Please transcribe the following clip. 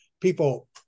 people